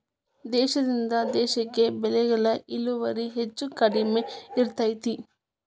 ದೇಶದಿಂದ ದೇಶಕ್ಕೆ ಬೆಳೆಗಳ ಇಳುವರಿ ಹೆಚ್ಚು ಕಡಿಮೆ ಇರ್ತೈತಿ